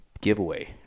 giveaway